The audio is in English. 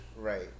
right